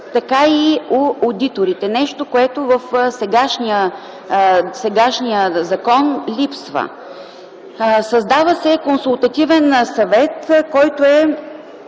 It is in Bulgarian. така и у одиторите – нещо, което в сегашния закон липсва. Създава се Консултативен съвет, който е